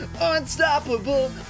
Unstoppable